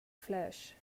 flash